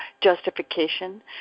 justification